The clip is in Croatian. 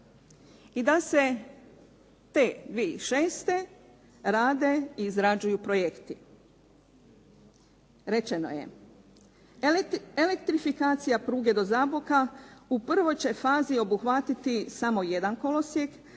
I da se te 2006. rade i izrađuju projekti. Rečeno je elektrifikacija pruge do Zaboka u prvoj će fazi obuhvatiti samo jedan kolosijek,